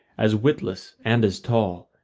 as witless and as tall,